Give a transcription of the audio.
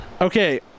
okay